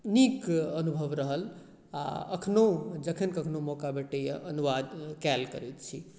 नीक अनुभव रहल आओर एखनो जखन कखनो मौका भेटैए अनुवाद कएल करैत छी